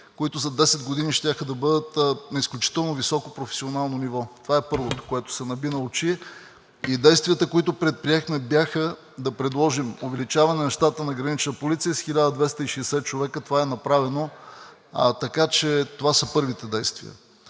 които за 10 години щяха да бъдат на изключително високо професионално ниво. Това е първото, което се наби на очи, и действията, които бяха, да предложим увеличаване на щата на Гранична полиция с 1260 човека. Това е направено, така че това са първите действия.